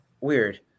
weird